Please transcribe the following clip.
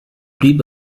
blieb